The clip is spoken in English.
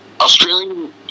Australian